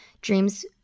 dreams